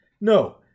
No